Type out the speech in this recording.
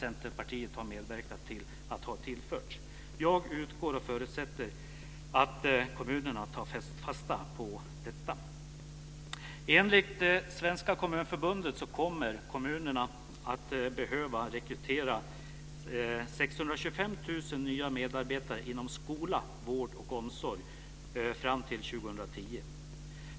Centerpartiet har medverkat till har tillförts. Jag utgår från och förutsätter att kommunerna tar fasta på detta. Enligt Svenska kommunförbundet kommer kommunerna att behöva rekrytera 625 000 nya medarbetare inom skola, vård och omsorg fram till 2010.